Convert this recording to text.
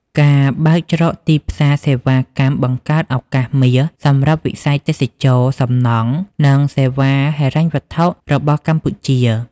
ការបើកច្រកទីផ្សារសេវាកម្មបង្កើតឱកាសមាសសម្រាប់វិស័យទេសចរណ៍ សំណង់ និងសេវាហិរញ្ញវត្ថុរបស់កម្ពុជា។